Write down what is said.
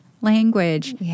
language